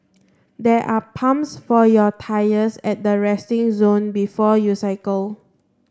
there are pumps for your tyres at the resting zone before you cycle